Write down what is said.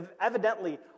evidently